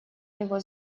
его